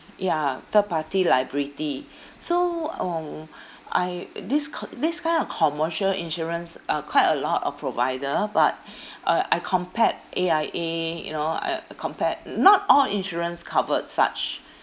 ya third party liability so uh I this k~ this kind of commercial insurance uh quite a lot of provider but uh I compared A_I_A you know I compared not all insurance covered such